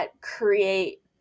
create